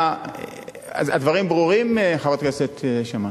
הדברים ברורים, חברת הכנסת שמאלוב?